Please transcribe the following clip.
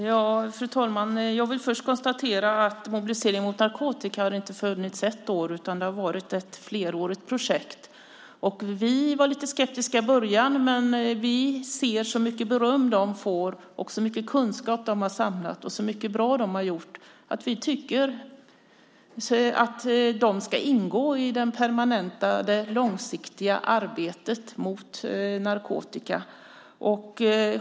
Fru talman! Jag vill först konstatera att Mobilisering mot narkotika inte har funnits ett år utan det har varit ett flerårigt projekt. Vi var lite skeptiska i början, men när vi ser hur mycket beröm de får, hur mycket kunskap de har samlat och hur mycket bra de har gjort tycker vi att de ska ingå i det permanenta, långsiktiga arbetet mot narkotika.